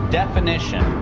definition